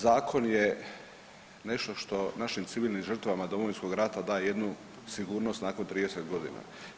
Zakon je nešto što našim civilnim žrtvama Domovinskog rata daje jednu sigurnost nakon 30 godina.